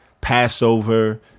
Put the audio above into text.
Passover